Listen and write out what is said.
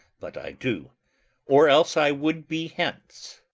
but i do or else i would be hence.